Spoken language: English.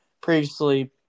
previously